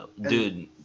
Dude